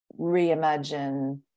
reimagine